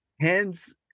hence